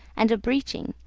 and a breeching,